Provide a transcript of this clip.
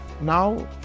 Now